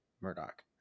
Murdoch